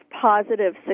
positive